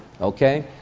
Okay